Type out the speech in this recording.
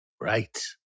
Right